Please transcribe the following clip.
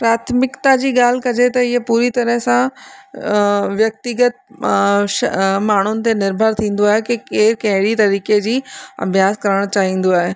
प्राथमिकता जी ॻाल्हि कजे त इअं पूरी तरह सां व्यक्तिगत माण्हुनि ते निर्भर थींदो आहे की केरु कहिड़ी तरीक़े जी अभ्यास करणु चाहींदो आहे